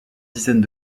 dizaines